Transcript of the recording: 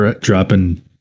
dropping